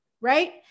right